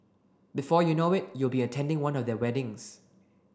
before you know it you'll be attending one of their weddings